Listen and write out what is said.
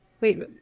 Wait